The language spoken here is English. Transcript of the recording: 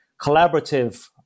collaborative